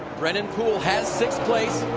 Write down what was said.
brennan poole has sixth place.